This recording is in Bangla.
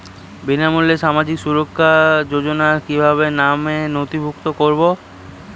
বিনামূল্যে সামাজিক সুরক্ষা যোজনায় কিভাবে নামে নথিভুক্ত করবো?